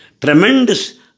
Tremendous